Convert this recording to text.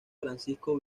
francisco